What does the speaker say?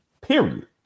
Period